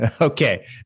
okay